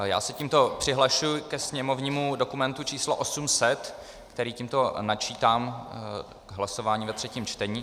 Já se tímto přihlašuji ke sněmovnímu dokumentu číslo 800, který tímto načítám k hlasování ve třetím čtení.